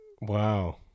Wow